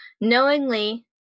knowingly